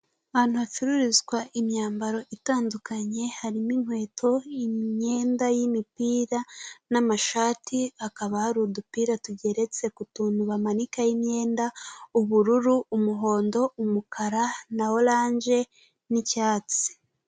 Ahantu hacururizwa imyambaro itandukanye, harimo inkweto, imyenda y'imipira n'amashati, hakaba hari udupira tugeretse ku tuntu bamanikaho imyenda, ubururu, umuhondo, umukara na orange n'icyatsi.